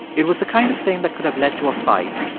it was the kind of thing that could have led to a fight,